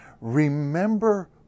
Remember